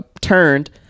turned